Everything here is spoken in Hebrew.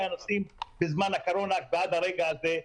נוסעים בזמן הקורונה ועד הרגע הזה.